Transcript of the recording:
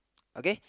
okay